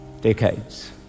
decades